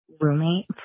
roommate